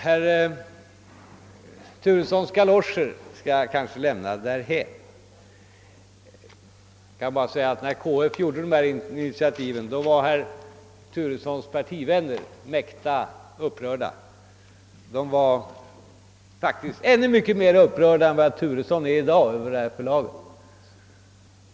Herr Turessons galoscher skall jag kanske lämna därhän och inskränka mig till att säga att när KF tog detta initiativ var herr Turessons partivänner mäkta upprörda, faktiskt mycket mer upprörda än herr Turesson är i dag över det här förlaget.